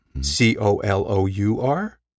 C-O-L-O-U-R